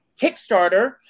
Kickstarter